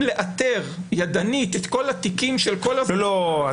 לאתר ידנית את כל התיקים של כל --- לא,